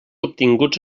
obtinguts